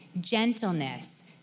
gentleness